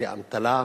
זה אמתלה,